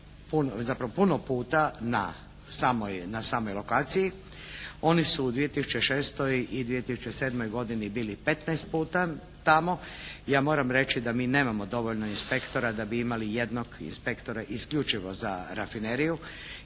zapravo puno puta na samoj lokaciji. Oni su u 2006. i 2007. godini bili petnaest puta tamo. Ja moram reći da mi nemamo dovoljno inspektora da bi imali jednog inspektora isključivo za rafineriju